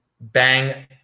bang